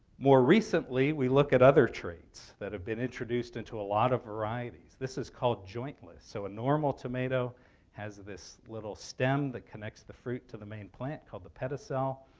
more recently, we look at other traits that have been introduced into a lot of varieties. this is called jointless. so a normal tomato has this little stem that connects the fruit to the main plant called the pedicel.